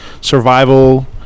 Survival